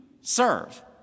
serve